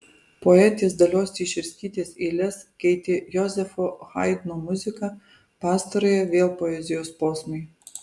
poetės dalios teišerskytės eiles keitė jozefo haidno muzika pastarąją vėl poezijos posmai